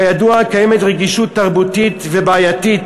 כידוע, קיימת רגישות תרבותית ובעייתית